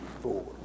four